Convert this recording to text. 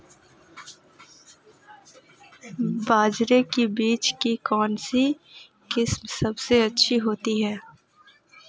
बाजरे के बीज की कौनसी किस्म सबसे अच्छी होती है?